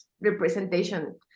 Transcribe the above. representation